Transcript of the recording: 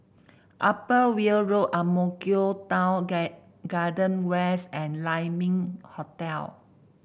Upper Weld Road Ang Mo Kio Town Garden West and Lai Ming Hotel